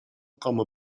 com